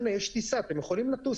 יש טיסה, אתה יכול לטוס.